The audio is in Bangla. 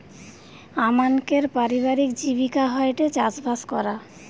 আমানকের পারিবারিক জীবিকা হয়ঠে চাষবাস করা